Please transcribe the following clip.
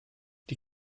die